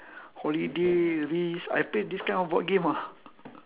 holiday risk I played this kind of board game ah